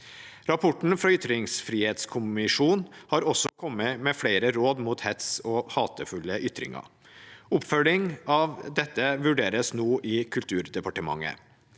Rapporten fra ytringsfrihetskommisjonen har også kommet med flere råd mot hets og hatefulle ytringer. Oppfølgingen av dette vurderes nå i Kulturdepartementet.